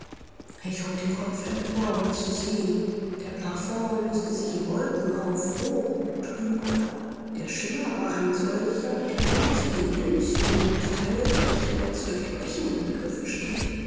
ich hob den kopf empor um zu sehen der plafond löste sich in wolken auf hoch und trübe der schimmer war ein solcher wie der mond sie den dünsten mitteilt welche er zu durchbrechen im begriffe steht